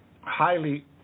highly